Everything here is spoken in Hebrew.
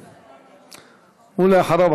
ואחריו,